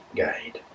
guide